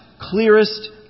clearest